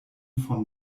von